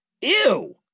ew